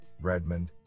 Redmond